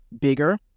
bigger